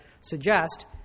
suggest